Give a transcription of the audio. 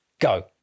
Go